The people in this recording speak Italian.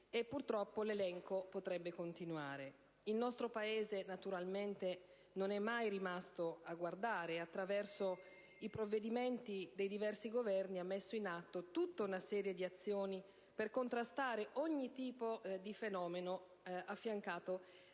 Purtroppo, l'elenco potrebbe continuare. Il nostro Paese non è mai rimasto a guardare e, attraverso i provvedimenti dei diversi Governi, ha messo in atto tutta una serie di azioni per contrastare ogni tipo di fenomeno, affiancato dal